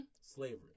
Slavery